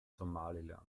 somaliland